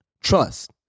Trust